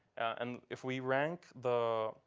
and if we rank the